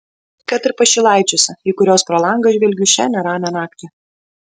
kad ir pašilaičiuose į kuriuos pro langą žvelgiu šią neramią naktį